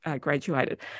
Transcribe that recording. graduated